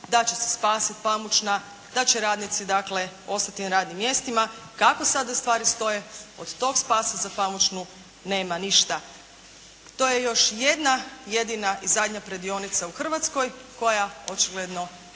da će se spasiti pamučna, da će radnici dakle ostati na radnim mjestima. Kako sada stvari stoje od tog spasa za pamučnu nema ništa. To je još jedna jedina i zadnja predionica u Hrvatskoj koja očigledno